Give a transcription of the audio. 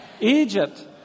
Egypt